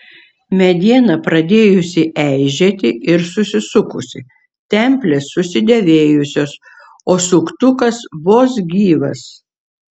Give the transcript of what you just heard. mediena pradėjusi eižėti ir susisukusi templės susidėvėjusios o suktukas vos gyvas